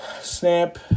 snap